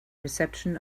reception